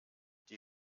die